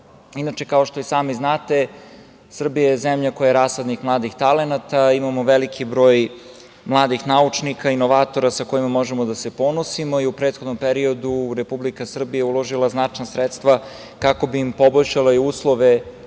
kao što i sami znate, Srbija je zemlja koja je rasadnik mladih talenata. Imamo veliki broj mladih naučnika, inovatora sa kojima možemo da se ponosimo. U prethodnom periodu Republika Srbija je uložila značajna sredstva kako bi im poboljšala uslove